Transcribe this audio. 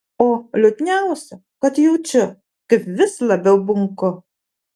o liūdniausia kad jaučiu kaip vis labiau bunku